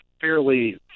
fairly